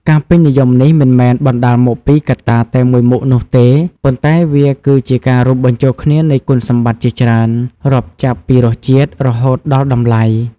ការពេញនិយមនេះមិនមែនបណ្ដាលមកពីកត្តាតែមួយមុខនោះទេ ប៉ុន្តែវាគឺជាការរួមបញ្ចូលគ្នានៃគុណសម្បត្តិជាច្រើន រាប់ចាប់ពីរសជាតិ រហូតដល់តម្លៃ ។